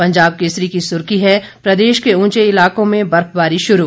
पंजाब केसरी की सुर्खी है प्रदेश के ऊचे इलाकों में बर्फबारी शुरू